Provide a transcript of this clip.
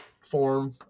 form